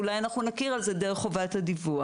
אולי אנחנו נכיר את זה דרך חובת הדיווח.